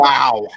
Wow